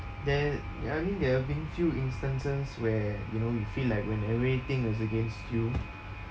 there ya I mean there have been few instances where you know you feel like when everything was against you